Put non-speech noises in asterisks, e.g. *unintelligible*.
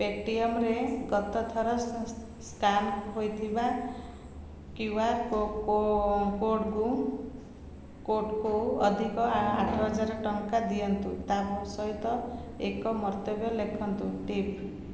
ପେଟିଏମ୍ରେ ଗତ ଥର ସ୍କାନ ହୋଇଥିବା କ୍ୟୁ ଆର୍ କୋଡ଼୍କୁ ଅଧିକ ଆଠହଜାର ଟଙ୍କା ଦିଅନ୍ତୁ ତା *unintelligible* ସହିତ ଏକ ମନ୍ତବ୍ୟ ଲେଖନ୍ତୁ ଟିପ୍